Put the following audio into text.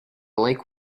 lake